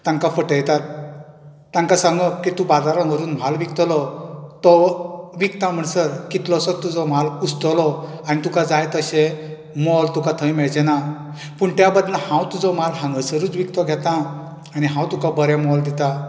तांका फटयतात तांका सांगप की तूं बाजारांत व्हरून म्हाल विकतलो तो विकता म्हणसर कितलोसोच तुजो म्हाल कुंसतलो आनी तुका जाय तशें मोल तुका थंय मेळचे ना पूण त्या बदला हांव तुजो म्हाल हांगासरूच विकतो घेतां आनी हांव तुका बरें मोल दिता